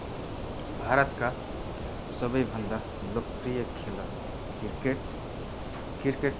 भारतका सबैभन्दा लेकप्रिय खेलहरू क्रिकेट क्रिकेट भारतको